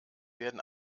werden